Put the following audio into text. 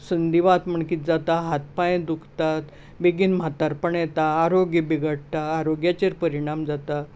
संधीवात म्हूण कितें जाता हात पांय दुखतात बेगीन म्हातारपण येता आरोग्य बिगडटा आरोग्याचेर परिणाम जाता